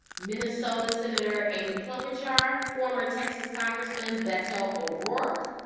minnesota senator amy klobuchar, former texas congressman beto o'rourke.